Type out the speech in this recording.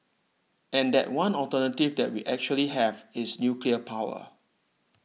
and that one alternative that we actually have is nuclear power